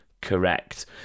Correct